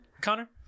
Connor